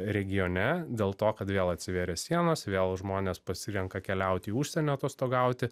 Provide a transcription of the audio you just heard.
regione dėl to kad vėl atsivėrė sienos vėl žmonės pasirenka keliaut į užsienį atostogauti